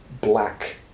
black